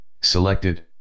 selected